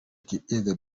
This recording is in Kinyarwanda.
the